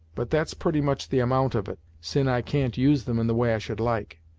but that's pretty much the amount of it, sin' i can't use them in the way i should like.